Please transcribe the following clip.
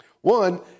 One